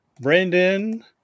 Brandon